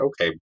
okay